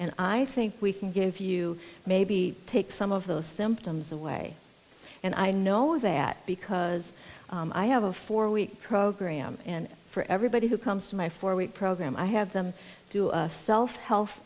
and i think we can give you maybe take some of those symptoms away and i know that because i have a four week program and for everybody who comes to my four week program i have them do a self health